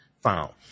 found